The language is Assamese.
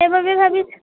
তাৰ বাবে ভাবি